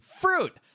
Fruit